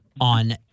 on